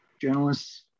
journalists